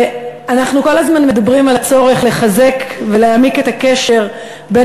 אנחנו כל הזמן מדברים על הצורך לחזק ולהעמיק את הקשר בין